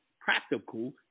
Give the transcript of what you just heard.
practical